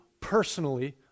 personally